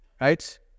right